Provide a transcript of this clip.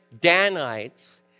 Danites